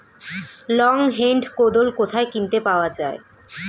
Long hand কোদাল কোথায় কিনতে পাওয়া যায়?